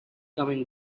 coming